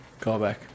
callback